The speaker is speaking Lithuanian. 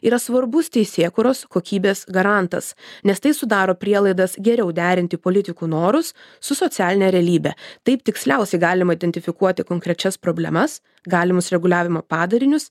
yra svarbus teisėkūros kokybės garantas nes tai sudaro prielaidas geriau derinti politikų norus su socialine realybe taip tiksliausiai galima identifikuoti konkrečias problemas galimus reguliavimo padarinius